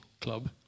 Club